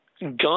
gun